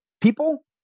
people